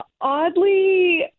Oddly